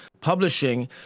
publishing